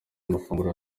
amafunguro